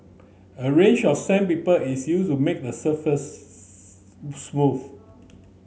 a range of sandpaper is used to make the surface smooth